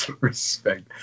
Respect